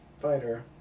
fighter